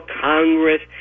Congress